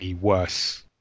Worse